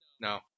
no